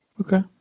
Okay